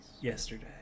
Yesterday